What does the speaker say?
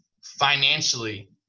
financially